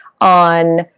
on